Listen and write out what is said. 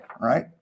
right